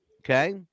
Okay